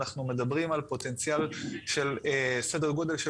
אנחנו מדברים על פוטנציאל של סדר גודל של